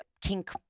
kink